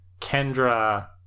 Kendra